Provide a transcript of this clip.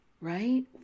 Right